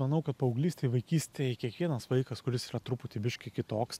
manau kad paauglystėj vaikystėj kiekvienas vaikas kuris yra truputį biškį kitoks